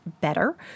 better